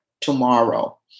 tomorrow